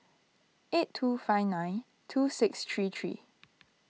eight two five nine two six three three